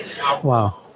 Wow